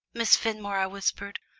miss fenmore, i whispered,